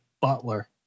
Butler